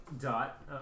dot